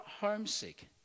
homesick